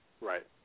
Right